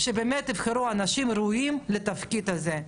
שבאמת יבחרו אנשים ראויים לתפקיד הזה,